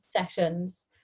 sessions